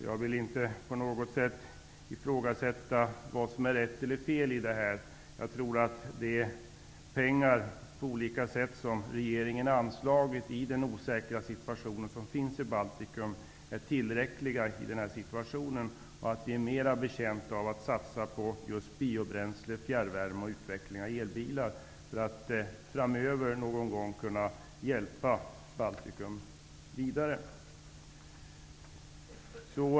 Jag vill inte ifrågasätta om det är rätt eller fel. Jag tror att den mängd pengar som regeringen anslagit är tillräcklig i den osäkra situation som råder i Baltikum. Vi är mera betjänta av att satsa på just biobränsle, fjärrvärme och utveckling av elbilar för att någon gång framöver kunna hjälpa Baltikum vidare.